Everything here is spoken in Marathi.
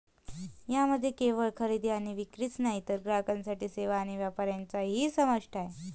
यामध्ये केवळ खरेदी आणि विक्रीच नाही तर ग्राहकांसाठी सेवा आणि व्यापार यांचाही समावेश आहे